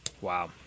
Wow